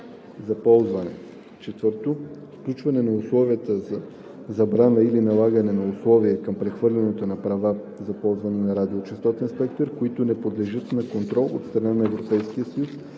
за ползване; 4. включване на условия за забрана или налагане на условия към прехвърлянето на права за ползване на радиочестотен спектър, които не подлежат на контрол от страна на Европейския съюз